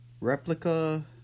replica